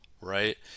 right